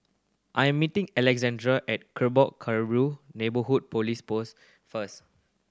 I am meeting Alexandre at Neighbourhood Police Post first